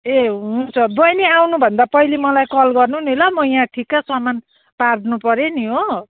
ए हुन्छ बहिनी आउनुभन्दा पहिले मलाई कल गर्नु नि ल म यहाँ ठिक्क सामान पार्नुपऱ्यो नि हो